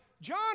John